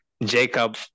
jacob